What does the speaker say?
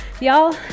Y'all